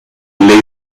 ley